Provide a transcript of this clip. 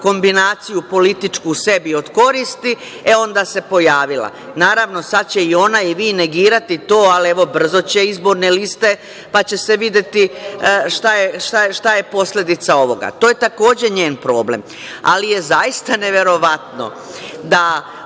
kombinaciju političku sebi od koristi, e, onda se pojavila. Naravno, sada ćete i ona i vi negirati to, ali evo brzo će izborne liste, pa će se videti šta je posledica ovoga. To je takođe njen problem. Ali je zaista neverovatno da